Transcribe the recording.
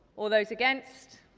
all those against?